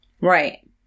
Right